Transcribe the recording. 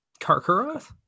Karkaroth